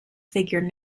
figure